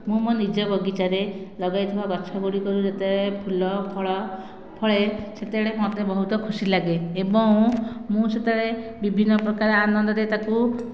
ମୁଁ ମୋ ନିଜ ବଗିଚା ରେ ଲଗାଇଥିବା ଗଛ ଗୁଡ଼ିକରୁ ଯେତେ ଫୁଲ ଫଳ ଫଳେ ସେତେବେଳେ ମୋତେ ବହୁତ ଖୁସି ଲାଗେ ଏବଂ ମୁଁ ସେତେବେଳେ ବିଭିନ୍ନ ପ୍ରକାର ଆନନ୍ଦ ରେ ତାକୁ